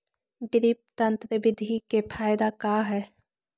Drip तन्त्र बिधि के फायदा का है?